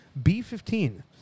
B15